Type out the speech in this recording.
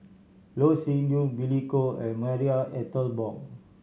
Loh Sin Yun Billy Koh and Marie Ethel Bong